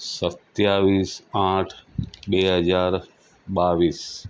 સત્તાવીસ આઠ બે હજાર બાવીસ